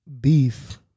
beef